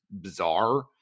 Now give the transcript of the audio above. bizarre